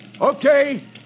Okay